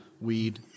weed